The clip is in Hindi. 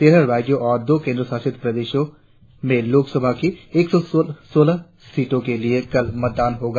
तेरह राज्यों और दो केंद्र शासित प्रदेशों में लोकसभा की एक सौ सोलह सीटों के लिए कल मतदान होगा